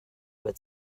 would